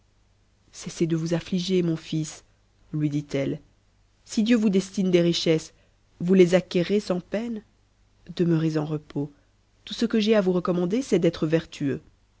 cessez de vous afhiger mon c s lui dit-elle si dieu vous destine des richesses vous les acquerrez sans peine demeurez en repos tout ce que j'ai à vous recommander c'est d'être vertueux